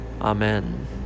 Amen